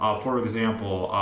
um for example,